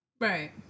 Right